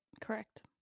correct